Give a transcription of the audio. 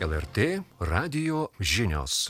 el er t radijo žinios